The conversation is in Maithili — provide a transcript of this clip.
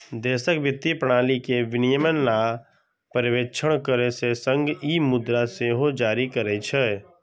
देशक वित्तीय प्रणाली के विनियमन आ पर्यवेक्षण करै के संग ई मुद्रा सेहो जारी करै छै